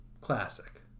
Classic